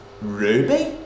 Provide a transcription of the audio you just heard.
Ruby